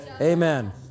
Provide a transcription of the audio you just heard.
Amen